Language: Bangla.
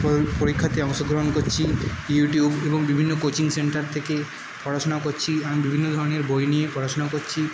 পরি পরীক্ষাতে অংশগ্রহণ করছি ইউটিউব এবং বিভিন্ন কোচিং সেন্টার থেকে পড়াশোনা করছি এবং বিভিন্ন ধরনের বই নিয়ে পড়াশোনা করছি